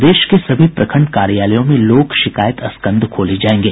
प्रदेश के सभी प्रखंड कार्यालयों में लोक शिकायत स्कंध खोले जायेंगे